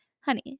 honey